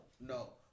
no